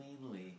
cleanly